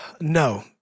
No